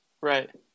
Right